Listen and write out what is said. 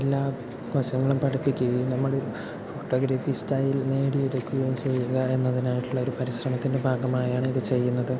എല്ലാ വശങ്ങളും പഠിപ്പിക്കുകയും നമ്മുടെ ഫോട്ടോഗ്രഫി സ്റ്റൈൽ നേടി എടുക്കുകയും ചെയ്യുക എന്നതിനായിട്ടുള്ള ഒരു പരിശ്രമത്തിൻ്റെ ഭാഗമായി ആണ് ഇത് ചെയ്യുന്നത്